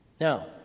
Now